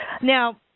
Now